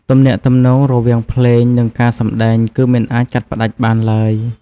ទំនាក់ទំនងរវាងភ្លេង និងការសម្តែងគឺមិនអាចកាត់ផ្តាច់បានឡើយ។